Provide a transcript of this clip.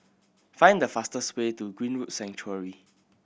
find the fastest way to Greenwood Sanctuary